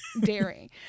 Dairy